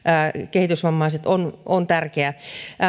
kehitysvammaiset on on tärkeä